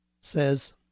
says